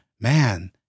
man